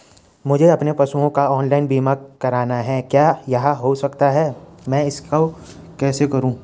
मुझे अपने पशुओं का ऑनलाइन बीमा करना है क्या यह हो सकता है मैं इसको कैसे करूँ?